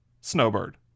Snowbird